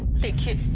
vicky,